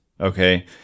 Okay